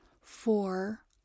four